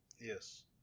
Yes